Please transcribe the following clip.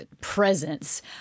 presence